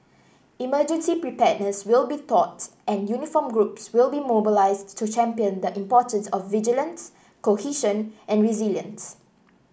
emergency preparedness will be taught and uniformed groups will be mobilised to champion the importance of vigilance cohesion and resilience